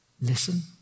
Listen